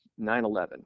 9-11